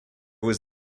was